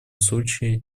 случае